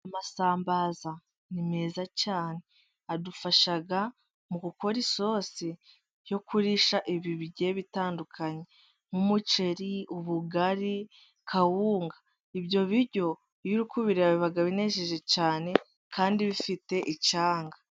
Amasambaza ni meza cyane, adufasha mu gukora isosi yo kurisha ibintu bigiye bitandukanye nk'umuceri, ubugari, kawunga, ibyo biryo iyo uri kubireba biba binejeje cyane kandi bifite icyanga.